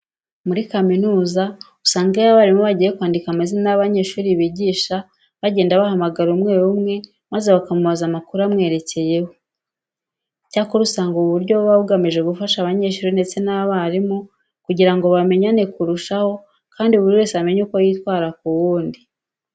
Muri kaminuza usanga iyo abarimu bagiye kwandika amazina y'abanyeshuri bigisha bagenda bahamagara umwe umwe maze bakamubaza amakuru amwerekeyeho. Icyakora usanga ubu buryo buba bugamije gufasha abanyeshuri ndetse n'abarimu kugira ngo bamenyane kurushaho kandi buri wese amenye uko yitwara ku wundi.